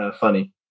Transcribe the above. funny